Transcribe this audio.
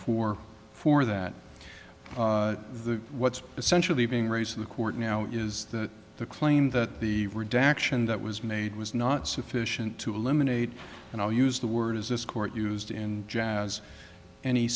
for for that the what's essentially being raised in the court now is that the claim that the redaction that was made was not sufficient to eliminate and i'll use the word as this court used in jazz any